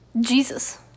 Jesus